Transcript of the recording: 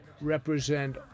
represent